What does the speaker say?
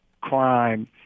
crime